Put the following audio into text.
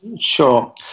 Sure